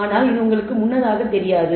ஆனால் இது உங்களுக்கு ஒரு முன்னதாக தெரியாது